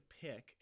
pick